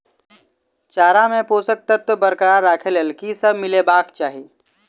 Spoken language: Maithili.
चारा मे पोसक तत्व बरकरार राखै लेल की सब मिलेबाक चाहि?